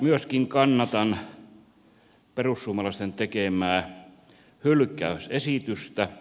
myöskin minä kannatan perussuomalaisten tekemää hylkäysesitystä